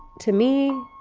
to me,